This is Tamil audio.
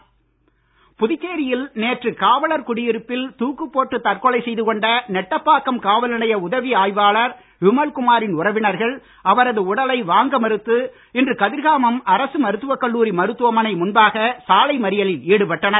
விமல்குமார் புதுச்சேரியில் நேற்று காவலர் குடியிருப்பில் தூக்குப் போட்டு தற்கொலை செய்து கொண்ட நெட்டப்பாக்கம் காவல் நிலைய உதவி ஆய்வாளர் விமல் குமாரின் உறவினர்கள் அவரது உடலை வாங்க மறுத்து இன்று கதிர்காமம் அரசு மருத்துவக் கல்லூரி மருத்துமனை ழுன்பாக சாலை மறியலில் ஈடுபட்டனர்